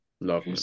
Love